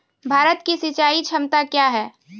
भारत की सिंचाई क्षमता क्या हैं?